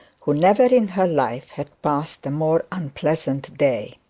who never in her life had passed a more unpleasant day.